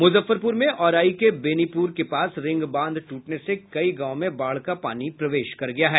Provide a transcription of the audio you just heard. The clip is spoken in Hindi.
मुजफ्फरपुर में औराई के बेनीपुर के पास रिंग बांध ट्रटने से कई गांव में बाढ़ का पानी प्रवेश कर गया है